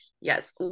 Yes